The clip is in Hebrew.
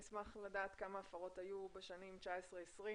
נשמח לדעת כמה הפרות היו בשנים 2019-2020,